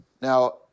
Now